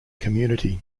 community